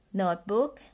notebook